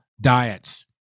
diets